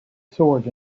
sword